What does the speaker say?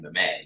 mma